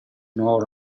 nuovo